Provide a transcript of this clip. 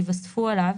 ייווספו עליו: